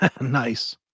Nice